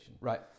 right